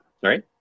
Sorry